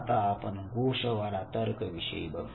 आता आपण गोषवारा तर्क विषयी बघू